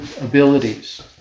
abilities